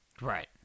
Right